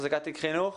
מחזיקת תיק חינוך.